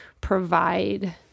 provide